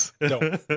no